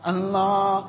Allah